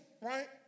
right